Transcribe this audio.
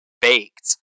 baked